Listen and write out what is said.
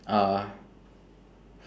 are